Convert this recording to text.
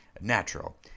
natural